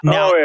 Now